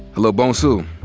hello, bonsu.